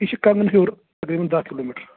یہِ چھُ کَنٛگنہٕ ہیٚور تقریٖبن دہ کِلوٗمیٖٹَر